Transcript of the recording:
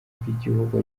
bw’igihugu